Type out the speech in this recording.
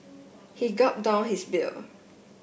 he gulped down his beer